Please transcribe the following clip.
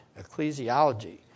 Ecclesiology